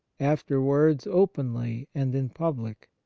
afterwards openly and in public.